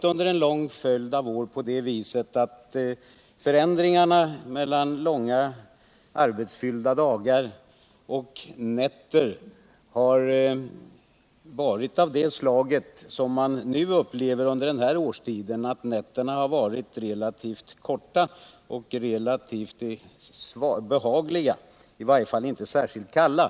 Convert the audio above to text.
Under en lång följd av år har förändringarna mellan långa arbetsfyllda dagar och nätter varit av det slag man just under den här årstiden upplever: nätterna har varit relativt korta och behagliga — i varje fall inte särskilt kalla.